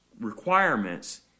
requirements